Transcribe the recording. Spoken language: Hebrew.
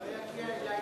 הוא לא יגיע אלי,